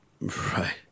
right